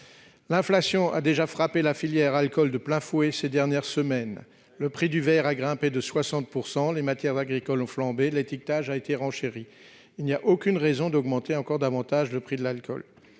L'inflation a déjà frappé la filière alcool de plein fouet ces dernières semaines : le prix du verre a grimpé de 60 %, les matières agricoles ont flambé, l'étiquetage a été renchéri. Il n'y a aucune raison d'augmenter encore davantage le prix de l'alcool.